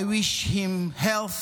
I wish him health.